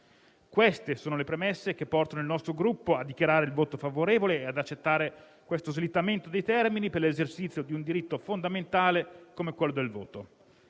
Queste sono le premesse che portano il nostro Gruppo a dichiarare il voto favorevole e ad accettare questo slittamento dei termini per l'esercizio di un diritto fondamentale come quello del voto.